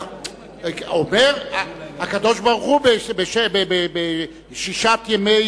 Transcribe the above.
אומר הקדוש-ברוך-הוא בששת ימי,